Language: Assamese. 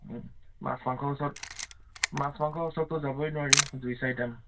মাছ মাংসৰ ওচৰত মাছ মাংস ওচৰততো যাবই নোৱাৰি জুই চাই দাম